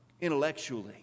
intellectually